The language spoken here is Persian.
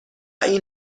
این